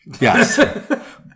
Yes